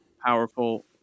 powerful